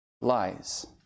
lies